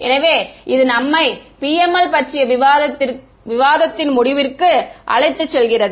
எனவே இது நம்மை PML பற்றிய விவாதத்தின் முடிவுக்கு அழைத்துச் செல்கிறது